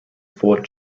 fort